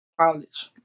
college